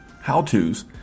how-tos